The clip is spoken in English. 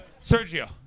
Sergio